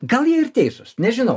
gal jie ir teisūs nežinau